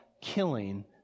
killing